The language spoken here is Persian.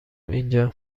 اینجا